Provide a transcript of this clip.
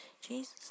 Jesus